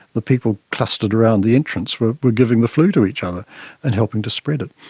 the people clustered around the entrance were were giving the flu to each other and helping to spread it.